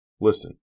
Listen